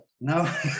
No